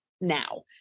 now